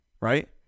right